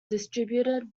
distributed